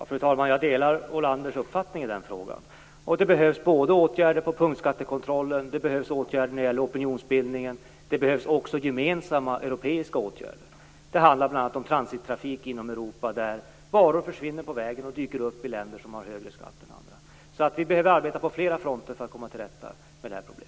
Fru talman! Jag delar Ronny Olanders uppfattning i den frågan. Det behövs både åtgärder avseende punktskattekontrollen och åtgärder när det gäller opinionsbildningen. Det behövs också gemensamma europeiska åtgärder. Det handlar bl.a. om transittrafiken inom Europa där varor försvinner på vägen och dyker upp i länder som har högre skatt än andra länder. Vi behöver således arbeta på flera fronter för att komma till rätta med det här problemet.